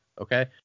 Okay